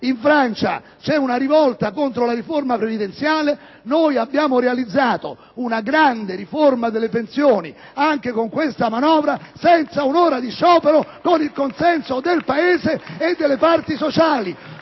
In Francia c'è una rivolta contro la riforma previdenziale; noi abbiamo realizzato una grande riforma delle pensioni, anche con questa manovra, senza un'ora di sciopero e con il consenso del Paese e delle parti sociali.